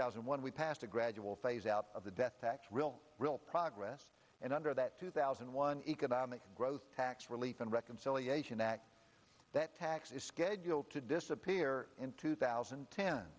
thousand and one we passed a gradual he's out of the death tax real real progress and under that two thousand and one economic growth tax relief and reconciliation act that tax is scheduled to disappear in two thousand